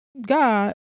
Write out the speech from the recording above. God